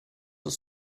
ist